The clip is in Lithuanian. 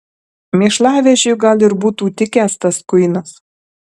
mėšlavežiui gal ir būtų tikęs tas kuinas